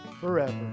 forever